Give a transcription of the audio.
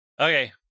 Okay